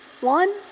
one